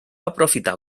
aprofitar